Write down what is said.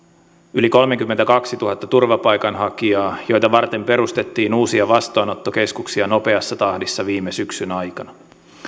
yli kolmekymmentäkaksituhatta turvapaikanhakijaa joita varten perustettiin uusia vastaanottokeskuksia nopeassa tahdissa viime syksyn aikana